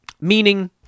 meaning